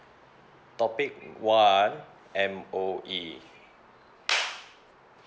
topic one M_O_E